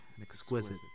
exquisite